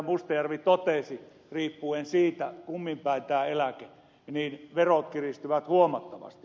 mustajärvi totesi riippuen siitä kumminpäin tämä eläke on verot kiristyvät huomattavasti